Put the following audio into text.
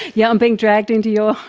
yeah i'm being dragged into your,